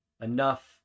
enough